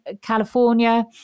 California